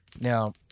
Now